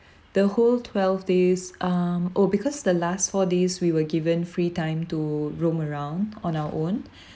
the whole twelve days um oh because the last four days we were given free time to roam around on our own